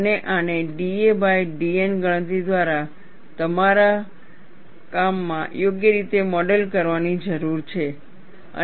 અને આને da by dN ગણતરી દ્વારા તમારા દામાં યોગ્ય રીતે મોડેલ કરવાની જરૂર છે